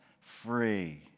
free